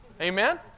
Amen